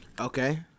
Okay